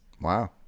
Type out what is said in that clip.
wow